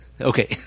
Okay